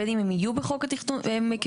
בין אם הם יהיו בחוק התכנון כמיזמי